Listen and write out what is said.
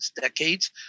decades